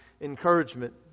encouragement